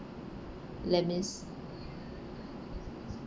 les mis